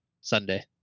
sunday